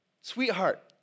sweetheart